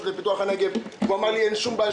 לפיתוח הנגב והוא אמר לי שאין שום בעיה,